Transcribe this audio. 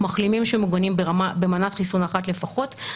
מחלימים שמוגנים במנת חיסון אחת לפחות,